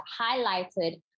highlighted